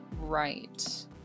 right